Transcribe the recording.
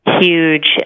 huge